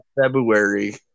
February